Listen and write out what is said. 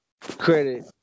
credit